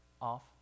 Off